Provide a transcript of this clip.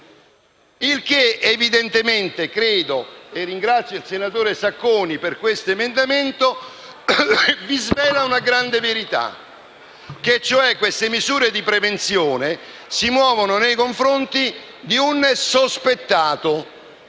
Il che evidentemente credo - e ringrazio il senatore Sacconi per questo emendamento - disvela una grande verità: queste misure di prevenzione si muovono nei confronti di un sospettato.